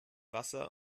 wasser